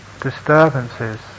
disturbances